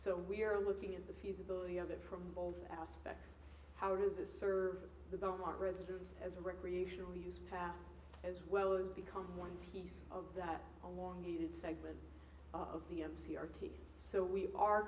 so we're looking at the feasibility of it from both aspects how does this serve the beaumont residents as a recreational use half as well as become one piece of that along even segment of the m c r t so we are